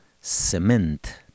Cement